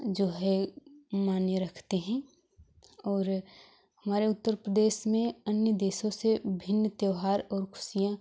जो है मान्य रखते हैं और हमारे उत्तर प्रदेश में अन्य देशों से भिन्न त्योहार और खुशियाँ